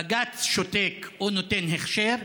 בג"ץ שותק או נותן הכשר,